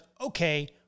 okay